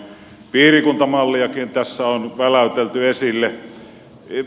piirikuntamalliakin tässä on väläytelty esille